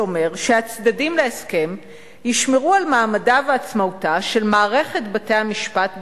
שאומר שהצדדים להסכם ישמרו על מעמדה ועצמאותה של מערכת בתי-המשפט בכלל,